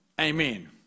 Amen